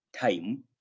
time